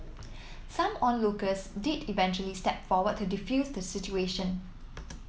some onlookers did eventually step forward to defuse the situation